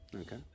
Okay